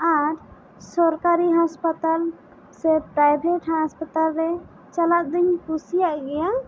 ᱟᱨ ᱥᱚᱨᱠᱟᱨᱤ ᱦᱟᱥᱯᱟᱛᱟᱞ ᱥᱮ ᱯᱨᱟᱭᱵᱷᱮᱴ ᱦᱟᱥᱯᱟᱛᱟᱞ ᱨᱮ ᱪᱟᱞᱟᱜ ᱫᱚᱹᱧ ᱠᱩᱥᱤᱭᱟᱜ ᱜᱮᱭᱟ